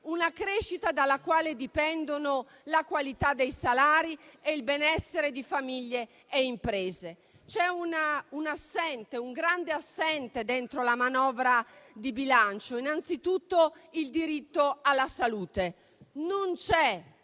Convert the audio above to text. tale crescita dipendono la qualità dei salari e il benessere di famiglie e imprese. C'è un grande assente in questa manovra di bilancio: il diritto alla salute. Non c'è